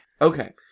okay